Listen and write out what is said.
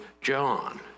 John